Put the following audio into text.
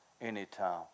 anytime